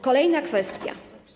Kolejna kwestia.